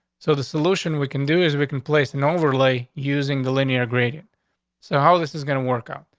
so the solution we can do is we can place an overlay using the linear grady. so how this is gonna work out?